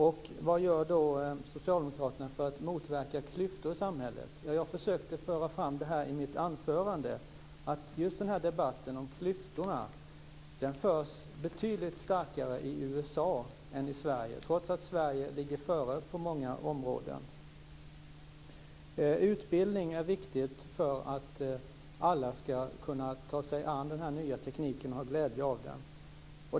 Och vad gör då socialdemokraterna för att motverka klyftorna i samhället? Jag försökte säga i mitt anförande att just debatten om klyftorna förs betydligt intensivare i USA än i Sverige, trots att Sverige ligger före på många områden. Utbildning är viktigt för att alla ska kunna ta till sig den nya tekniken och ha glädje av den.